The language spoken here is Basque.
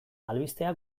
albistea